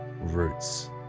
roots